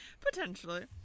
Potentially